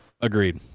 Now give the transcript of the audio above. Agreed